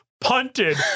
punted